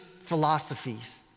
philosophies